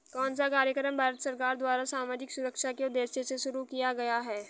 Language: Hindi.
कौन सा कार्यक्रम भारत सरकार द्वारा सामाजिक सुरक्षा के उद्देश्य से शुरू किया गया है?